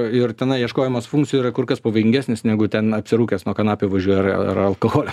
ir tenai ieškojimas funkcijų yra kur kas pavojingesnis negu ten apsirūkęs nuo kanapių važiuoja ar ar alkoholio